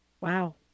Wow